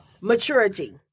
Maturity